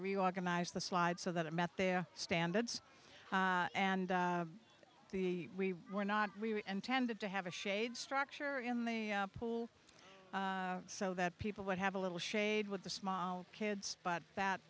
reorganize the slide so that it met their standards and the we were not really intended to have a shade structure in the pool so that people would have a little shade with the small kids but that